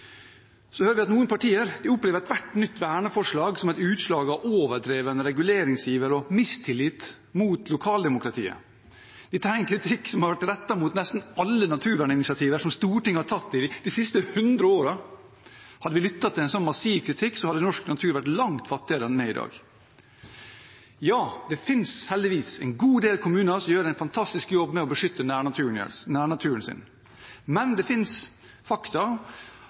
Så hører vi at noen partier opplever ethvert nytt verneforslag som et utslag av overdreven reguleringsiver og mistillit til lokaldemokratiet. Dette er en kritikk som har vært rettet mot nesten alle naturverninitiativer som Stortinget har tatt de siste hundre årene. Hadde vi lyttet til en slik massiv kritikk, hadde norsk natur vært langt fattigere enn den er i dag. Det finnes heldigvis en god del kommuner som gjør en fantastisk jobb med å beskytte nærnaturen sin, men det finnes fakta